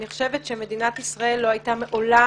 אני חושבת שמדינת ישראל לא הייתה מעולם